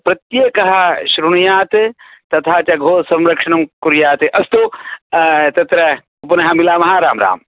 प्रत्येकः शृणुयात् तथा च गोसंरक्षणं कुर्यात् अस्तु तत्र पुनः मिलामः रां राम्